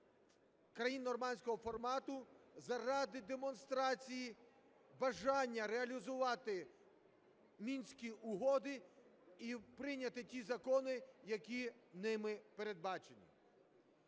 країн Нормандського формату заради демонстрації бажання реалізувати Мінські угоди і прийняти ті закони, які ними передбачені.